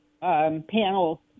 panel